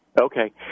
Okay